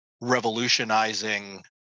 revolutionizing